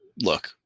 look